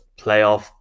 playoff